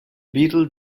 beetle